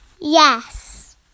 Yes